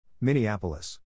Minneapolis